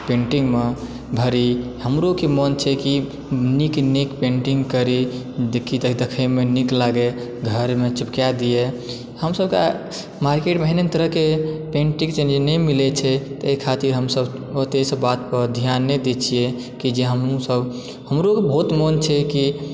पेंटिंगमे भरी हमरोके मोन छै कि नीक नीक पेंटिंग करी देखि तऽ देखयमे नीक लागए घरमे चिपकै दिए हमसभके मार्केटमे ओहेन ओहेन तरह के पेंटिंग जे छै नहि मिलैत छै ताहि खातिर हमसभ बहुत ओतए इसभ बात पर ध्यान नहि दय छियै कि जे हमहुँसभ हमरो बहुत मोन छै कि